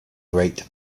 great